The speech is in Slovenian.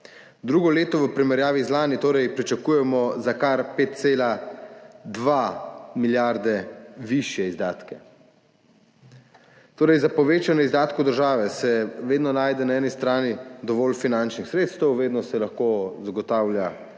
Drugo leto v primerjavi z lani torej pričakujemo za kar 5,2 milijarde višje izdatke. Torej, za povečanje izdatkov države se vedno najde na eni strani dovolj finančnih sredstev, vedno se lahko zagotavlja